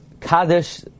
Kaddish